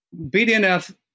BDNF